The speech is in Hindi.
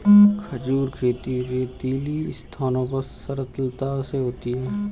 खजूर खेती रेतीली स्थानों पर सरलता से होती है